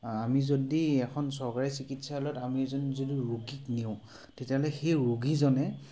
আমি যদি এখন চৰকাৰী চিকিৎসালয়ত আমি যোন যোনটো ৰোগীক নিওঁ তেতিয়াহ'লে সেই ৰোগীজনে